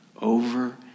over